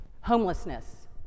Homelessness